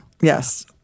Yes